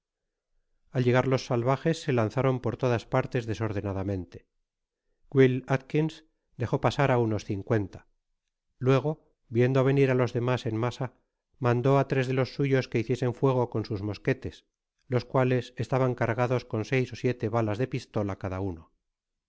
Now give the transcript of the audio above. al llegar los salvajes se lanzaron por todas partes desordenadamente will atkins dejó pasar á unos cincuenta luego viendo venir á los demas en masa mandó á tres de los suyos que hiciesen fuego con sus mosquetes los cuales estaban cargados can seis ó siete balas de pistola cada ano